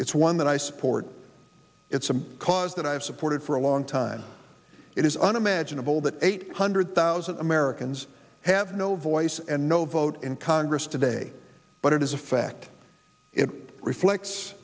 it's one that i support it's a cause that i've supported for a long time it is unimaginable that eight hundred thousand americans have no voice and no vote in congress today but it is a fact it reflects